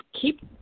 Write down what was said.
keep